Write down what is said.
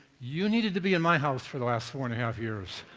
you needed to be in my house for the last four and a half years.